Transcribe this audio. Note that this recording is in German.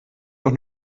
auch